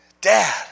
Dad